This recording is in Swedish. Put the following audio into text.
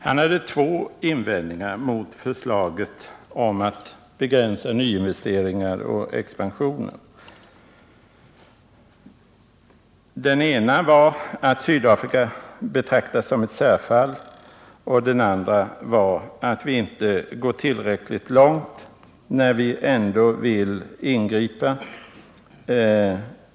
Han hade två invändningar mot förslaget att begränsa nyinvesteringar och expansion av svenskadministrerade företag i Sydafrika. Den ena var kritik av att Sydafrika betraktas som ett särfall, och den andra var att vi inte går tillräckligt långt när vi ändå vill ingripa.